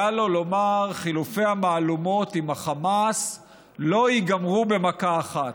היה לו לומר: חילופי המהלומות עם החמאס לא ייגמרו במכה אחת.